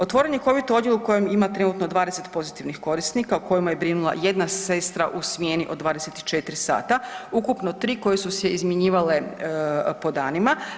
Otvoren je covid odjel u kojem ima trenutno 20 pozitivnih korisnika o kojima je brinula jedna sestra u smjeni od 24 sata, ukupno 3 koje su se izmjenjivale po danima.